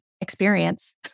experience